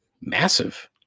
massive